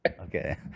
Okay